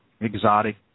exotic